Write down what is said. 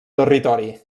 territori